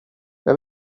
jag